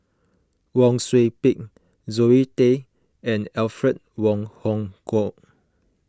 Wang Sui Pick Zoe Tay and Alfred Wong Hong Kwok